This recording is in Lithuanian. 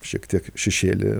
šiek tiek šešėly